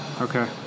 Okay